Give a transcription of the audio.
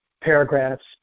paragraphs